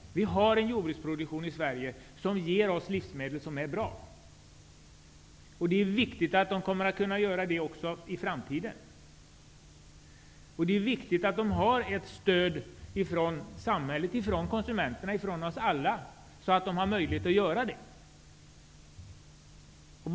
Den svenska jordbruksproduktionen ger oss livsmedel som är bra, och det är viktigt att så kommer att kunna ske också i framtiden. Det är viktigt att den har ett stöd från samhället, från konsumenterna, från oss alla, så att den har möjlighet att klara detta.